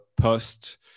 post